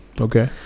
Okay